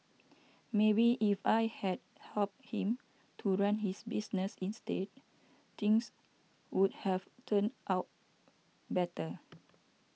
maybe if I had helped him to run his business instead things would have turned out better